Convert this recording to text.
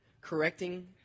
correcting